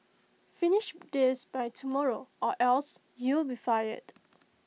finish this by tomorrow or else you'll be fired